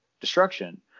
destruction